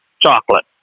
chocolate